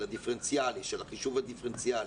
של החישוב הדיפרנציאלי,